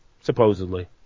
Supposedly